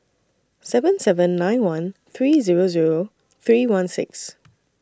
seven seven nine one three Zero Zero three one six